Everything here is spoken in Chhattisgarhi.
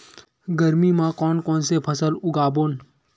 गरमी मा कोन कौन से फसल उगाबोन?